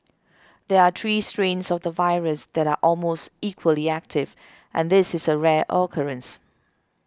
there are three strains of the virus that are almost equally active and this is a rare occurrence